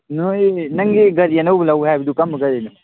ꯅꯣꯏ ꯅꯪꯒꯤ ꯒꯥꯔꯤ ꯑꯧꯕ ꯂꯧꯋꯦ ꯍꯥꯏꯕꯗꯨ ꯀꯔꯝꯕ ꯒꯥꯔꯤꯅꯣ